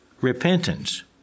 repentance